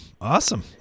Awesome